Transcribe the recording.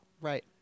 Right